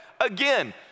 Again